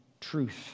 truth